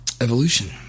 evolution